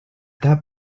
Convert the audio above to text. that